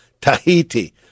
Tahiti